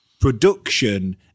production